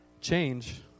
change